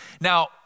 Now